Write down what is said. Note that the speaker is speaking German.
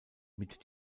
mit